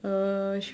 uh